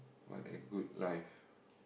what a good life